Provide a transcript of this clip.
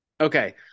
Okay